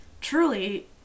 Truly